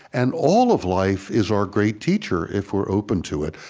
and all of life is our great teacher, if we're open to it.